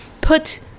put